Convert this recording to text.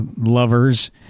lovers